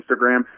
Instagram